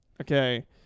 okay